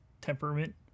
temperament